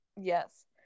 Yes